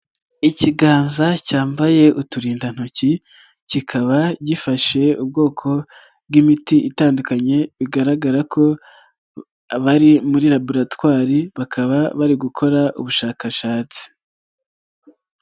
Ikiganza cyambaye uturinda ntoki, kikaba gifashe ubwoko bw'imiti itandukanye bigaragara ko abari muri laboratwari bakaba bari gukora ubushakashatsi.